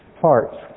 parts